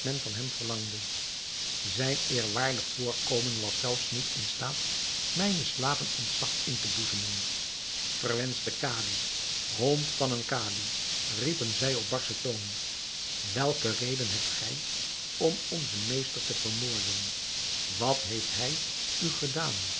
van hem verlangde zijn eerwaardig voorkomen was zelfs niet in staat mijnen slaven ontzag in te boezemen verwenschte kadi hond van een kadi riepen zij op barschen toon welke reden hebt gij om onzen meester te vermoorden wat heeft hij u gedaan